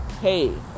Hey